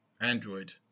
Android